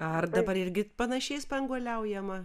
ar dabar irgi panašiai spanguoliaujama